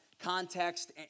context